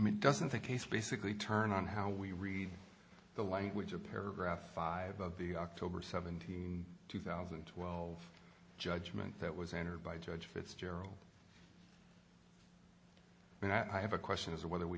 mean doesn't think he's basically turned on how we read the language of paragraph five of the october seventeenth two thousand and twelve judgment that was entered by judge fitzgerald and i have a question is whether we